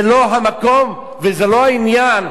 זה לא המקום וזה לא העניין,